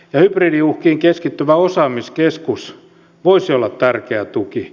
hybridiuhkiin keskittyvä osaamiskeskus voisi olla tärkeä tuki